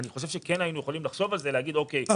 אני חושב שכן היינו יכולים לחשוב על זה ולהגיד: אוקיי,